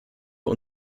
für